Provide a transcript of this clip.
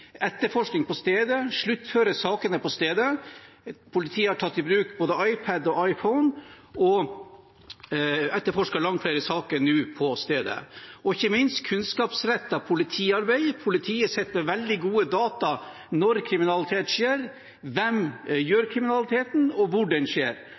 etterforskning på stedet og å sluttføre sakene på stedet. Politiet har tatt i bruk både iPad og iPhone og etterforsker nå langt flere saker på stedet. Jeg vil ikke minst nevne kunnskapsrettet politiarbeid. Politiet sitter på veldig gode data når kriminalitet skjer – om hvem